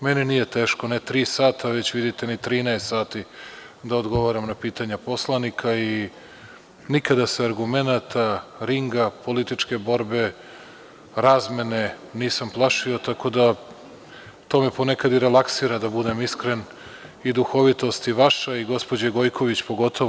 Meni nije teško, ne tri sata već vidite ni 13 sati da odgovaram na pitanja poslanika i nikada se argumenata, ringa, političke borbe, razmene nisam plašio, tako da to me ponekad i relaksira da budem iskren i duhovitosti vaša i gospođe Gojković pogotovo.